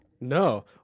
No